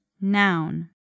noun